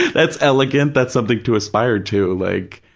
that's elegant. that's something to aspire to. like,